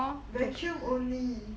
vacuum only